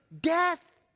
death